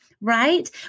right